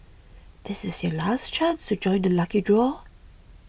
this is your last chance to join the lucky draw